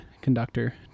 conductor